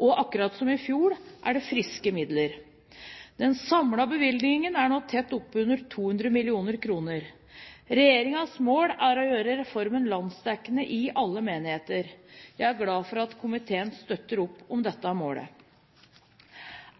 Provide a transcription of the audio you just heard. og akkurat som i fjor er det friske midler. Den samlede bevilgningen er nå tett oppunder 200 mill. kr. Regjeringens mål er å gjøre reformen landsdekkende i alle menigheter. Jeg er glad for at komiteen støtter opp om dette målet.